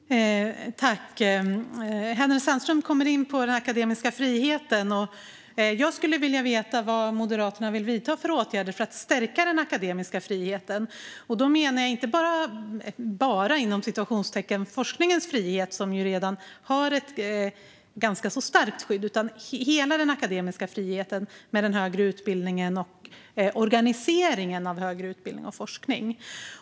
Herr talman! Hänel Sandström kommer in på den akademiska friheten. Jag skulle vilja veta vilka åtgärder Moderaterna vill vidta för att stärka den akademiska friheten. Jag menar inte "bara" forskningens frihet, som redan har ett ganska starkt skydd, utan jag tänker på hela den akademiska friheten för högre utbildning och organiseringen av högre utbildning och forskning.